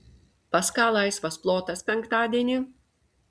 pas ką laisvas plotas penktadienį